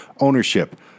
ownership